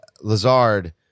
Lazard